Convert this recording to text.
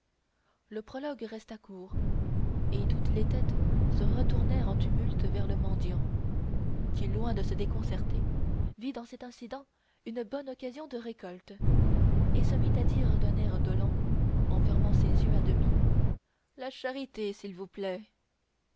le prologue resta court et toutes les têtes se retournèrent en tumulte vers le mendiant qui loin de se déconcerter vit dans cet incident une bonne occasion de récolte et se mit à dire d'un air dolent en fermant ses yeux à demi la charité s'il vous plaît